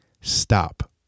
Stop